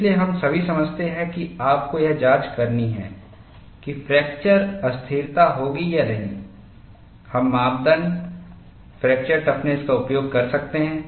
इसलिए हम सभी समझते हैं कि आपको यह जांच करनी है कि फ्रैक्चर अस्थिरता होगी या नहीं हम मापदण्ड फ्रैक्चर टफ़्नस का उपयोग कर सकते हैं